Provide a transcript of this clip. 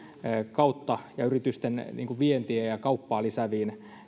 kautta ja yritysten vientiä ja ja kauppaa lisääviin